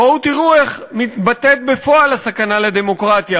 בואו תראו איך מתבטאת בפועל הסכנה לדמוקרטיה